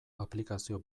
aplikazio